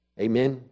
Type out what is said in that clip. Amen